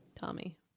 Tommy